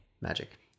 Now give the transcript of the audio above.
magic